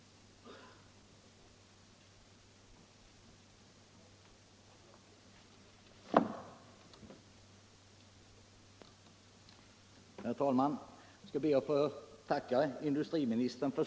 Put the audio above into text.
stöd till den manuella glasindu Strin